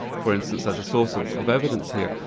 for instance, as a source of of evidence here,